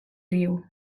riu